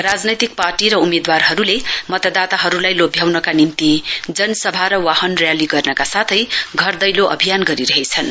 राजनैतिक पार्टी र उम्मेदवारहरूले मतदाताहरूलाई लोभ्याउनका निम्ति जनसभा र वाहन ज्याली गर्नका साथै घर दैलो अभियान गरिरहेछन्